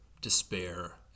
despair